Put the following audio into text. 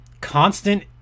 constant